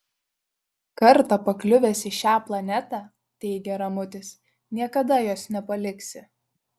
kartą pakliuvęs į šią planetą teigė ramutis niekada jos nepaliksi